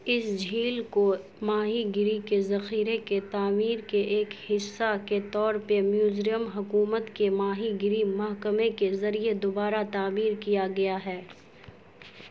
اس جھیل کو ماہی گیری کے ذخیرے کی تعمیر کے ایک حصہ کے طور پہ میوزرم حکومت کے ماہی گیری محکمے کے ذریعے دوبارہ تعمیر کیا گیا ہے